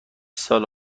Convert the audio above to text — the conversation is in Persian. سال